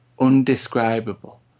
undescribable